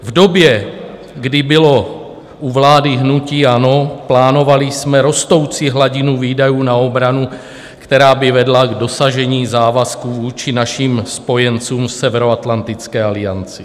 V době, kdy bylo u vlády hnutí ANO, plánovali jsme rostoucí hladinu výdajů na obranu, která by vedla k dosažení závazků vůči našim spojencům v Severoatlantické alianci.